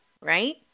right